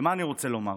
ומה אני רוצה לומר?